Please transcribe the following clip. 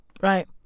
right